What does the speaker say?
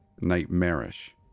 nightmarish